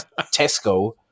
Tesco